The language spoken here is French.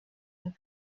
neuf